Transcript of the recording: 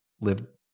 live